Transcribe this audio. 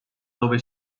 dove